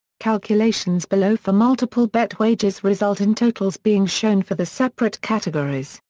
calculations below for multiple-bet wagers result in totals being shown for the separate categories,